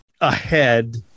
ahead